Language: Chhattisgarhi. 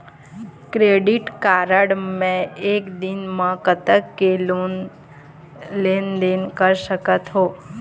क्रेडिट कारड मे एक दिन म कतक के लेन देन कर सकत हो?